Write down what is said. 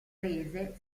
rese